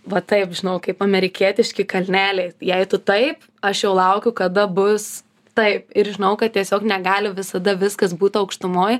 va taip žinau kaip amerikietiški kalneliai jei tu taip aš jau laukiu kada bus taip ir žinau kad tiesiog negali visada viskas būt aukštumoj